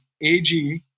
AG